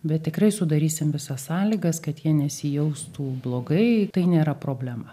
bet tikrai sudarysim visas sąlygas kad jie nesijaustų blogai tai nėra problema